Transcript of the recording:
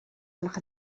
gwelwch